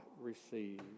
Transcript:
receive